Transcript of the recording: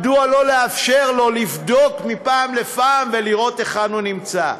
מדוע שלא לאפשר לו לבדוק מפעם לפעם ולראות היכן הוא נמצא?